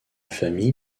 famille